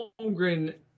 Holmgren